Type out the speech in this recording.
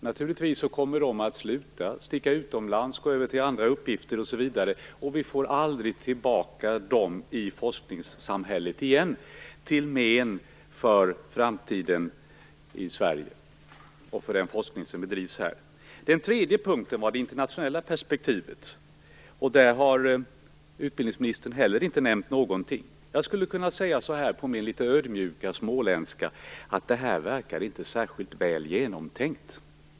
Naturligtvis kommer de att sluta, sticka utomlands, gå över till andra uppgifter osv. och vi får aldrig tillbaka dem i forskningssamhället igen, till men för framtiden i Sverige och för den forskning som bedrivs här. Det tredje området hade ett internationellt perspektiv. Där har utbildningsministern inte heller nämnt någonting. Jag skulle kunna säga så här på min litet ödmjuka småländska: Det här verkar inte särskilt väl genomtänkt.